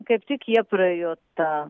kaip tik jie praėjo tą